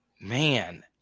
man